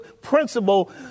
principle